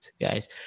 Guys